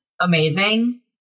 amazing